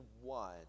one